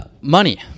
money